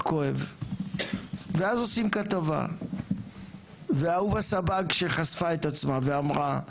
כואב ואז עושים כתבה ואהובה סבג שחשפה את עצמה ואמרה,